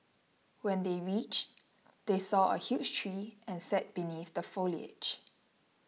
when they reach they saw a huge tree and sat beneath the foliage